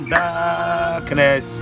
darkness